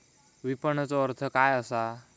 विपणनचो अर्थ काय असा?